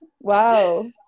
Wow